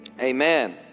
amen